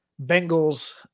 bengal's